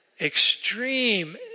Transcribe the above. extreme